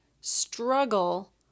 struggle